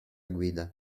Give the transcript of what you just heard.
guida